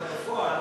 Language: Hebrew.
אבל בפועל,